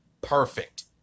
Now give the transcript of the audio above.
Perfect